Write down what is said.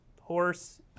Horse